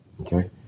Okay